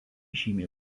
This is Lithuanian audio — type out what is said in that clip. žymi